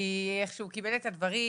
כי איך שהוא קיבל את הדברים,